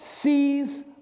sees